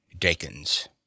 Dakins